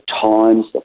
times